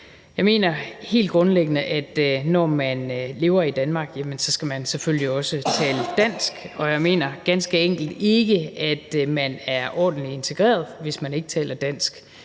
Jeg mener helt grundlæggende, at når man lever i Danmark, skal man selvfølgelig også tale dansk, og jeg mener ganske enkelt ikke, at man er ordentlig integreret, hvis man ikke taler dansk.